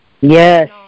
Yes